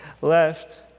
left